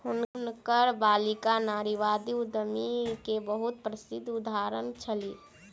हुनकर बालिका नारीवादी उद्यमी के बहुत प्रसिद्ध उदाहरण छली